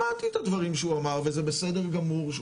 שמעתי את הדברים שהוא אמר וזה בסדר גמור שהוא